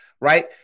Right